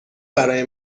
برای